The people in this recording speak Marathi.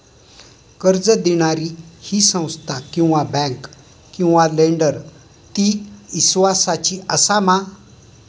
कर्ज दिणारी ही संस्था किवा बँक किवा लेंडर ती इस्वासाची आसा मा?